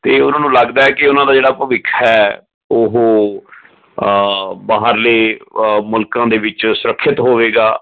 ਅਤੇ ਉਹਨਾਂ ਨੂੰ ਲੱਗਦਾ ਹੈ ਕਿ ਉਹਨਾਂ ਦਾ ਜਿਹੜਾ ਭਵਿੱਖ ਹੈ ਉਹ ਬਾਹਰਲੇ ਮੁਲਕਾਂ ਦੇ ਵਿੱਚ ਸੁਰੱਖਿਅਤ ਹੋਵੇਗਾ